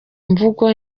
mvugo